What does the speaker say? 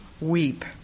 weep